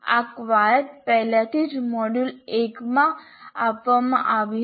આ કવાયત પહેલાથી જ મોડ્યુલ 1 માં આપવામાં આવી હતી